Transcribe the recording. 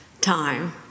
time